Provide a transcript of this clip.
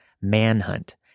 manhunt